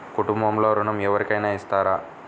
కుటుంబంలో ఋణం ఎవరికైనా ఇస్తారా?